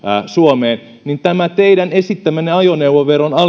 suomeen niin tämä teidän esittämänne ajoneuvoveron alennus